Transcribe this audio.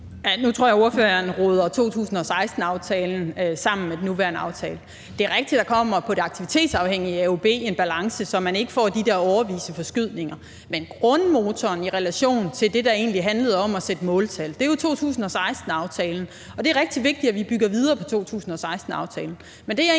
Nu tror jeg, at ordføreren roder 2016-aftalen sammen med den nuværende aftale. Det er rigtigt, at der i det aktivitetsafhængige AUB-system kommer en balance, så man ikke får de der årevise forskydninger. Men grundmotoren i relation til det, der egentlig handlede om at sætte måltal, er jo 2016-aftalen, og det er rigtig vigtigt, at vi bygger videre på 2016-aftalen.